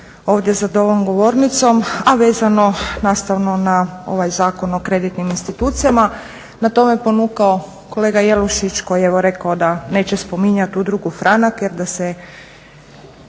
ovdje za ovom govornicom, a vezano nastavno na ovaj Zakon o kreditnim institucijama, na to me ponukao kolega Jelušić koji je evo rekao da neće spominjati Udrugu "Franak" jer da se